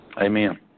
Amen